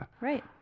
Right